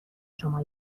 شما